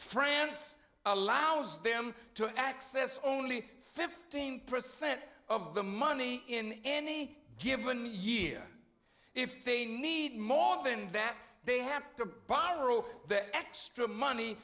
france allows them to access only fifteen percent of the money in any given year if they need more than that they have to borrow that extra money